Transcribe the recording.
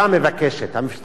המשטרה מסכימה.